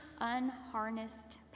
unharnessed